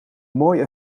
mooi